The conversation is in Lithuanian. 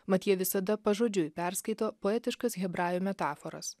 mat jie visada pažodžiui perskaito poetiškas hebrajų metaforas